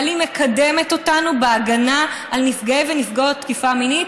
אבל היא מקדמת אותנו בהגנה על נפגעי ונפגעות תקיפה מינית.